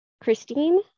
Christine